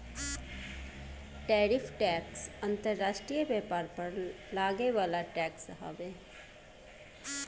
tariff tax अंतर्राष्ट्रीय व्यापार पर लागे वाला टैक्स हवे